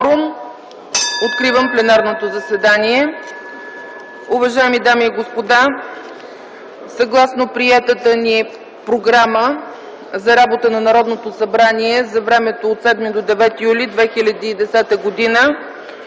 Откривам пленарното заседание. (Звъни.) Уважаеми дами и господа, съгласно приетата ни Програма за работата на Народното събрание за времето от 7 до 9 юли 2010 г.